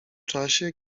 czasie